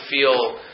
feel